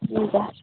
हुन्छ